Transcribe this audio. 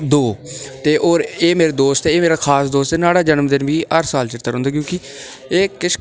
दौ ते एह् मेरा दोस्त ऐ मेरा खास दोस्त ऐ न्हाड़ा जन्मदिन मिगी हर साल चेता रौंहदा क्योंकि एह् किश